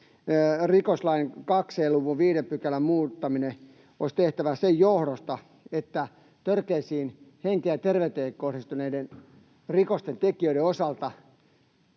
rikoslain 2 c luvun 5 §:n muuttaminen olisi tehtävä sen johdosta, että törkeiden henkeen ja terveyteen kohdistuneiden rikosten tekijöiden osalta